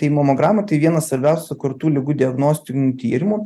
tai mamograma tai vienas svarbiausių krūtų ligų diagnostinių tyrimų